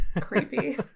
Creepy